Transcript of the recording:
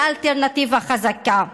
ואלטרנטיבה חזקה.